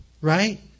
right